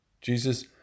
Jesus